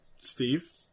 Steve